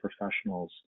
professionals